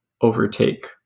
overtake